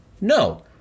No